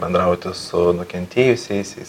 bendrauti su nukentėjusiaisiais